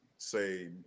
say